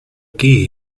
key